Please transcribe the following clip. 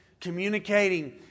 communicating